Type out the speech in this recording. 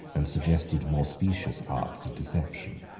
and suggested more specious arts of deception.